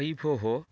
अयि भोः